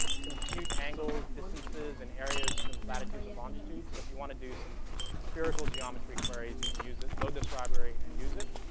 compute angles, distances, and areas from latitudes and longitudes. so if you want to do some spherical geometry queries, you can use it load this library and use it.